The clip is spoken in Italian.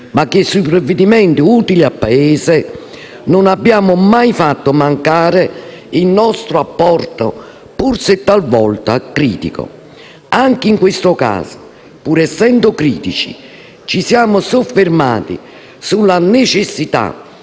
ma che sui provvedimenti utili al Paese non abbiamo mai fatto mancare il nostro apporto, pur se talvolta critico. Anche in questo caso, pur essendo critici ci siamo soffermati sulla necessità